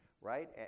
right